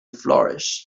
flourish